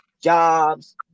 jobs